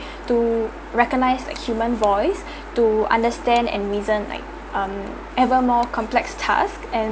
to recognise a human voice to understand and reason like um ever more complex task and